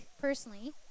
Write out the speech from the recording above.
personally